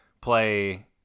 play